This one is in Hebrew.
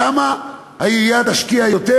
שם העירייה תשקיע יותר,